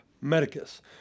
Medicus